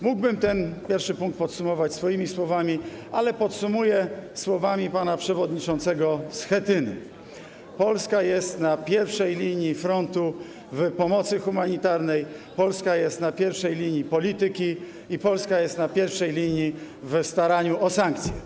Mógłbym ten pierwszy punkt podsumować swoimi słowami, ale podsumuję go słowami pana przewodniczącego Schetyny: Polska jest na pierwszej linii frontu w pomocy humanitarnej, Polska jest na pierwszej linii polityki i Polska jest na pierwszej linii w staraniu o sankcje.